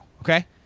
Okay